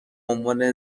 عنوان